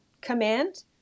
command